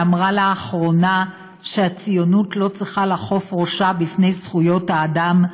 שאמרה לאחרונה שהציונות לא צריכה לכוף ראשה בפני זכויות האדם,